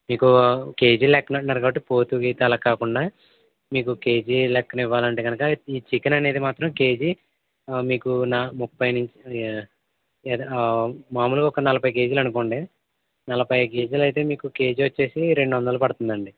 మీకూ కేజీల లెక్కన అంటున్నారు కాబట్టి పోతూ గీతూ అలా కాకుండా మీకు కేజీ లెక్కన ఇవ్వాలంటే గనక ఈ చికెన్ అనేది మాత్రం కేజీ మీకు నా ముప్పై నుంచి మాములుగా ఒక నలభై కేజీలు అనుకోండి నలభై కేజీలు అయితే మీకు కేజీ వచ్చేసి రెండు వందలు పడుతుందండి